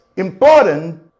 Important